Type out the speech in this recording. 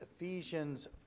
Ephesians